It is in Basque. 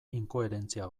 inkoherentzia